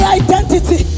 identity